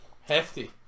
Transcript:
hefty